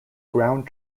ground